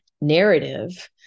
narrative